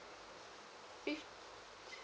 fif~